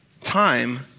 time